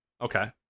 Okay